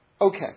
Okay